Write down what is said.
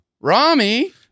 Rami